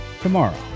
tomorrow